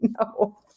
no